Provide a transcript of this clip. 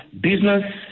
Business